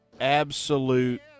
absolute